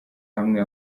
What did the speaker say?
hamwe